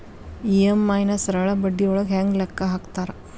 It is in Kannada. ಇ.ಎಂ.ಐ ನ ಸರಳ ಬಡ್ಡಿಯೊಳಗ ಹೆಂಗ ಲೆಕ್ಕ ಹಾಕತಾರಾ